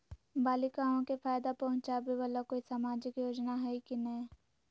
बालिकाओं के फ़ायदा पहुँचाबे वाला कोई सामाजिक योजना हइ की नय?